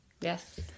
Yes